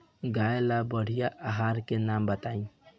गाय ला बढ़िया आहार के नाम बताई?